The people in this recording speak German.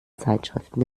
zeitschriften